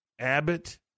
Abbott